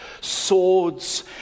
swords